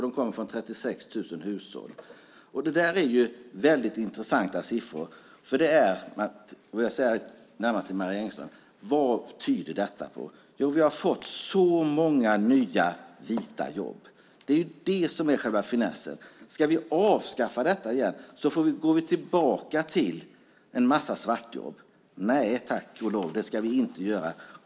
De kommer från 36 000 hushåll. Det är intressanta siffror. Jag ställer frågan närmast till Marie Engström: Vad tyder detta på? Jo, att vi har fått så många nya vita jobb. Det är det som är finessen. Om vi ska avskaffa detta igen går vi tillbaka till en massa svartjobb. Nej, det ska vi inte göra.